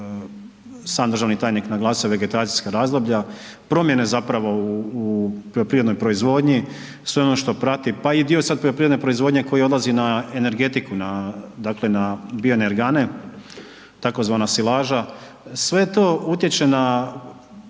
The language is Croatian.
sam državni tajnik naglasio vegetacijska razdoblja, promjene zapravo u poljoprivrednoj proizvodnji, sve ono što prati, pa i dio sad poljoprivredne proizvodnje koji odlazi na energetiku, na, dakle na bioenergane, tako zvana silaža, sve to utječe na